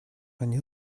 они